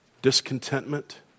Discontentment